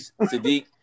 Sadiq